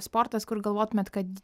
sportas kur galvotumėt kad